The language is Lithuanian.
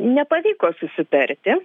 nepavyko susitarti